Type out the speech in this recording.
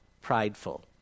prideful